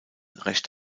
recht